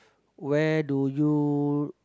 where do you